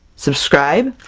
subscribe!